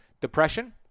Depression